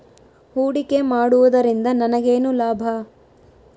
ಹೂಡಿಕೆ ಮಾಡುವುದರಿಂದ ನನಗೇನು ಲಾಭ?